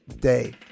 day